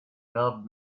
garbled